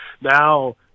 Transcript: now